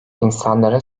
i̇nsanların